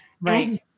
Right